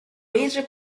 major